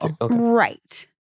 Right